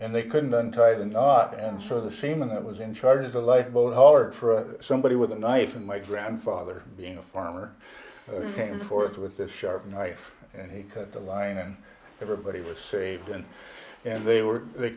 and they couldn't untie the knot and so the same one that was in charge of the lifeboat hollered for somebody with a knife and my grandfather being a farmer came forth with this sharp knife and he cut the line and everybody was saved and and they were they